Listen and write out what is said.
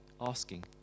asking